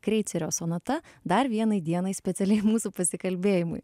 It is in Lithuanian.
kreicerio sonata dar vienai dienai specialiai mūsų pasikalbėjimui